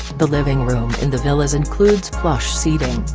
the living room in the villas includes plush seating,